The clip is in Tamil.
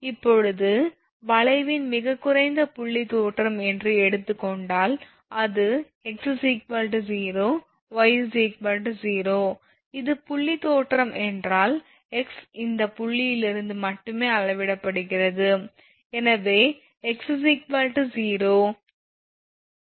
இப்போது வளைவின் மிகக் குறைந்த புள்ளி தோற்றம் என்று எடுத்துக் கொண்டால் அது x 0 y 0 இது புள்ளி தோற்றம் என்பதால் x இந்த புள்ளியிலிருந்து மட்டுமே அளவிடப்படுகிறது எனவே x 0 பிறகு y 0